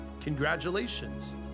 congratulations